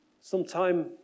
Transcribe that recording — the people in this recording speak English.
sometime